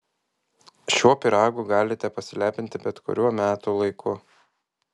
šiuo pyragu galite pasilepinti bet kuriuo metų laiku